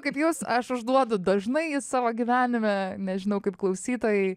kaip jūs aš užduodu dažnai jį savo gyvenime nežinau kaip klausytojai